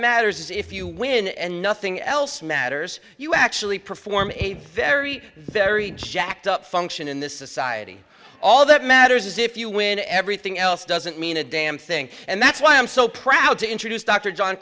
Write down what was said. matters is if you win and nothing else matters you actually perform a very very jacked up function in this society all that matters is if you win everything else doesn't mean a damn thing and that's why i'm so proud to introduce dr john